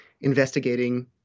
investigating